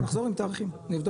נחזור עם תאריכים, נבדוק.